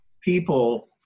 people